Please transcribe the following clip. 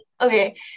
okay